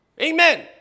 Amen